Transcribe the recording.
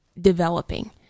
developing